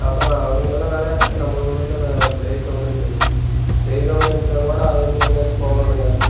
அப்புறம் அவனுங்கலாம் விளையாடுறதுக்கு நம்ம ஊர்ல ப்ளே க்ரௌண்ட்டே இல்லைங்க ப்ளே க்ரௌண்ட் இருந்துச்சுன்னால் கூட அங்கே எங்கேயாச்சும் போவானுங்க